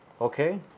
Okay